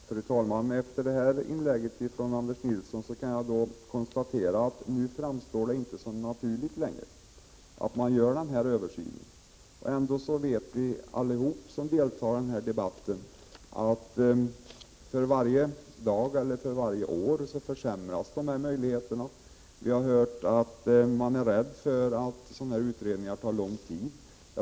Fru talman! Efter detta inlägg från Anders Nilsson kan jag konstatera att det inte längre framstår som naturligt att man gör denna översyn. Vi vet allihop som deltar i den här debatten att möjligheterna försämras för varje år. Vi har hört att man är rädd för att en sådan här utredning tar lång tid.